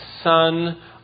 son